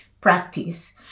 practice